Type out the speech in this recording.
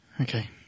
Okay